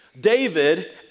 David